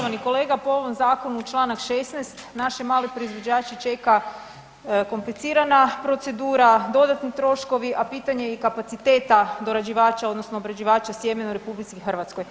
Uvaženi kolega, po ovom zakonu čl. 16. naše male proizvođače čeka komplicirana procedura, dodatni troškovi, a pitanje je i kapaciteta dorađivača odnosno obrađivača sjemena u RH.